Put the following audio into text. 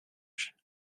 search